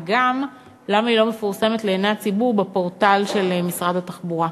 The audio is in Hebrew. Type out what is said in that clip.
וגם למה היא לא מפורסמת לעיני הציבור בפורטל של משרד התחבורה.